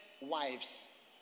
wives